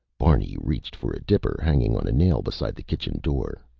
barney reached for a dipper hanging on a nail beside the kitchen door.